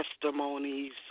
testimonies